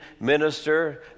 minister